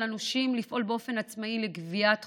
הנושים לפעול באופן עצמאי לגביית חובם,